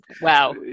wow